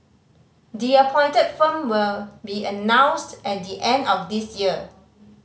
the appointed firm will be announced at the end of this year